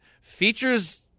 features